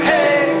Hey